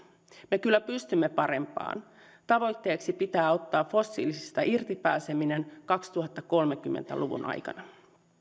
me kyllä pystymme parempaan tavoitteeksi pitää ottaa fossiilisista irti pääseminen kaksituhattakolmekymmentä luvun aikana